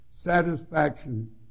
Satisfaction